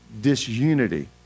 disunity